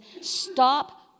stop